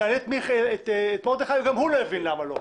אם נעלה את המנכ"ל, גם הוא לא יבין למה לא.